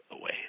away